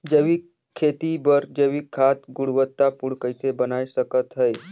जैविक खेती बर जैविक खाद गुणवत्ता पूर्ण कइसे बनाय सकत हैं?